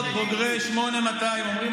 300 בוגרי 8200 אומרים,